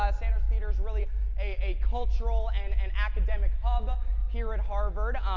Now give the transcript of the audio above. ah sanders theater is really a cultural and and academic hub here at harvard.